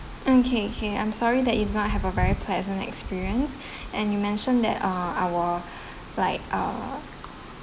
mm okay okay I'm sorry that you did not have a very pleasant experience and you mentioned that uh our like uh